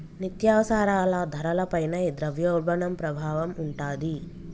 నిత్యావసరాల ధరల పైన ఈ ద్రవ్యోల్బణం ప్రభావం ఉంటాది